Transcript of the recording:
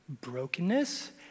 brokenness